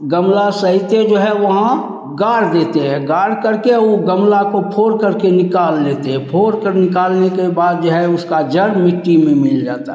गमला सहित जो है वहाँ गाड़ देते हैं गाड़ करके ऊ गमला को फोड़ करके निकाल लेते हैं फोड़ कर निकालने के बाद जो है उसका जड़ मिट्टी में मिल जाता है